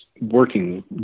working